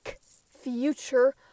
future